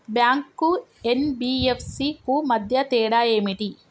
Bank కు NBFC కు మధ్య తేడా ఏమిటి?